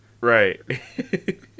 Right